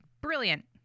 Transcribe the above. brilliant